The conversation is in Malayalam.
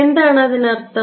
എന്താണ് അതിനർത്ഥം